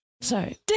Sorry